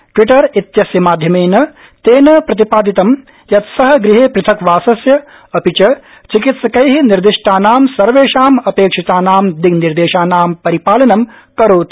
Twitter इत्यस्य माध्यमेन तेन प्रतिपादितं यत् सः गृहे पृथक् वासस्य अपि च चिकित्सकै निर्दिष्टानां सर्वेषां अपेक्षितानां दिग् निर्देशानां परिपालनं करोति